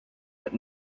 but